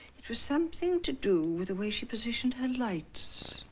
it was something to do with the way she positioned her lights.